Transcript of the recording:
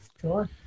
Sure